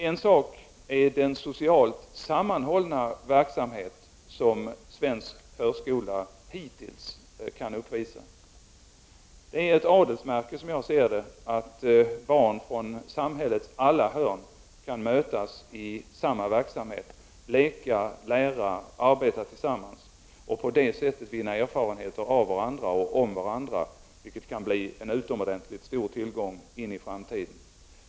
En sak är den socialt sammanhållna verksamhet som svensk förskola hittills kan uppvisa. Det är ett adelsmärke, som jag ser det, att barn från samhällets alla hörn kan mötas i samma verksamhet, leka, lära, och arbeta tillsammans. På det sättet kan de vinna erfarenheter av varandra och om varandra, vilket kan bli en utomordentligt stor tillgång i framtiden.